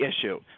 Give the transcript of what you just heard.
issue